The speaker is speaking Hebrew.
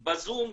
בזום,